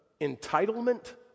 entitlement